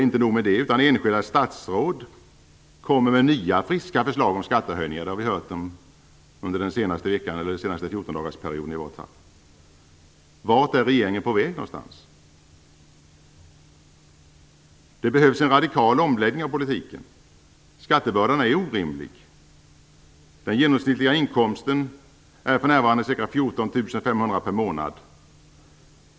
Inte nog med det, enskilda statsråd kommer med nya friska förslag om skattehöjningar. Det har vi hört i vart fall under den senaste fjortondagarsperioden. Vart är regeringen på väg? Det behövs en radikal omläggning av politiken. Skattebördan är orimlig. Den genomsnittliga inkomsten är för närvarande ca 14 500 kr per månad.